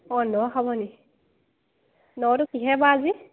অঁ ন খাব নি ন কিহে বা আজি